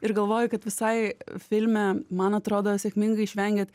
ir galvoju kad visai filme man atrodo sėkmingai išvengėt